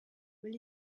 will